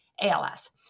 ALS